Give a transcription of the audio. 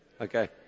Okay